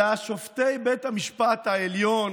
יצאה ראשונה,